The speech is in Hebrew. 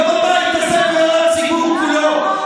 לא לבית הזה ולא לציבור כולו,